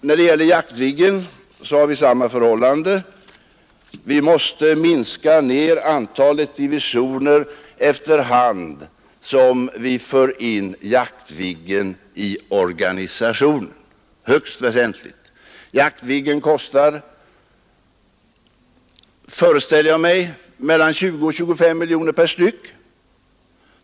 När det gäller Jaktviggen råder samma förhållande. Vi måste högst väsentligt minska antalet divisioner efter hand som vi för in Jaktviggen i organisationen. Jaktviggen kostar, föreställer jag mig, omkring 20 miljoner kronor per styck.